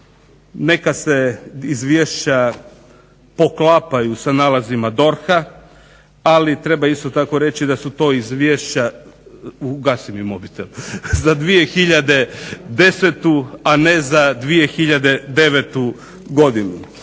neka se izvješća poklapaju sa nalazima DORH-a, ali treba isto tako reći da su to izvješća za 2010. a ne za 2009. godinu.